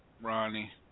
Ronnie